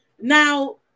now